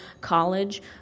college